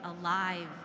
alive